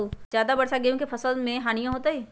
ज्यादा वर्षा गेंहू के फसल मे हानियों होतेई?